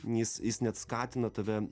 jis jis net skatina tave